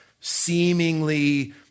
seemingly